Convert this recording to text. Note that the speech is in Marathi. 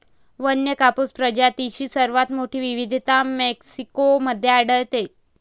वन्य कापूस प्रजातींची सर्वात मोठी विविधता मेक्सिको मध्ये आढळते